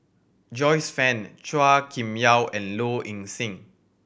Joyce Fan Chua Kim Yeow and Low Ing Sing